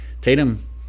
Tatum